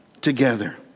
together